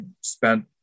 spent